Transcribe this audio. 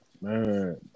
Man